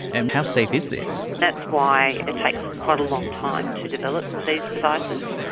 and how safe is this? that's why it takes quite a long time to develop these devices,